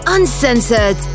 Uncensored